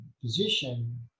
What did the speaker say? position